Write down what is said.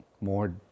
more